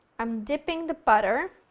i'm dipping the butter.